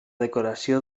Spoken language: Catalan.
decoració